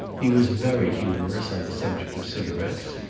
he was very humorous on the subject of cigarettes.